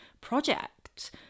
project